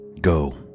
Go